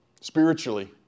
Spiritually